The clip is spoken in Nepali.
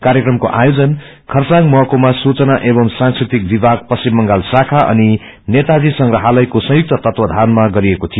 कार्यक्रमको आयोजन खरसाङ महुमा सूचना एवम् सांस्कृतिक विभाग पश्चिम बंगाल शाखा अनि नेताजी संग्रहालयको संयुक्त तत्वधानमा गरिएको थियो